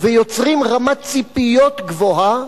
ויוצרים רמת ציפיות גבוהה,